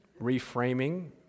reframing